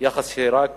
יחס שרק